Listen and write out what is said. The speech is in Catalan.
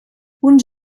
uns